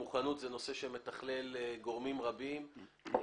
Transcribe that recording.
המוכנות היא נושא שמתכלל גורמים רבים.